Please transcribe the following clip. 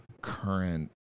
current